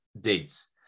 dates